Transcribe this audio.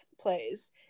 plays